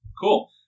Cool